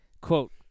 quote